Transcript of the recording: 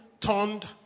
turned